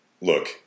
look